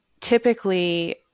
typically